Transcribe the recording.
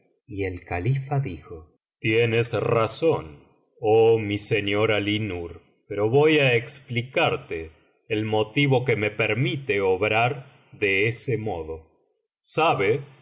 y el califa dijo tienes razón oh mi señor alí nur pero voy á explicarte el motivo que me permite obrar de ese modo sabe